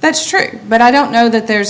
that's true but i don't know that there's